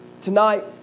Tonight